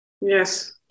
Yes